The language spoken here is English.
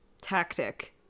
tactic